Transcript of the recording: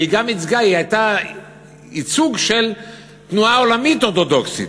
והיא גם הייתה ייצוג של תנועה עולמית אורתודוקסית.